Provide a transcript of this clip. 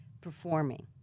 performing